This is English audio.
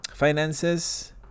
Finances